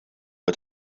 het